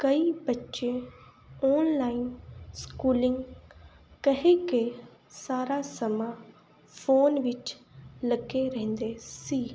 ਕਈ ਬੱਚੇ online schooling ਕਹਿ ਕੇ ਸਾਰਾ ਸਮਾਂ ਫੋਨ ਵਿੱਚ ਲੱਗੇ ਰਹਿੰਦੇ ਸੀ